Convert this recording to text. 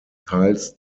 teils